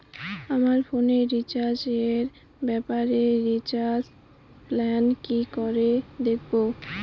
আমার ফোনে রিচার্জ এর ব্যাপারে রিচার্জ প্ল্যান কি করে দেখবো?